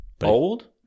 Old